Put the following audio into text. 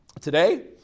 today